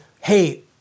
hey